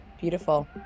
Beautiful